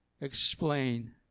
explain